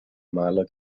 maler